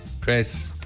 Chris